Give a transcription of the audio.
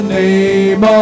name